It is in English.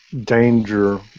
danger